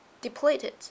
depleted